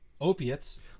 opiates